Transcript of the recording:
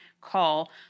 call